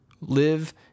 live